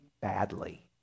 badly